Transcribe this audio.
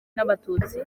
n’abatutsi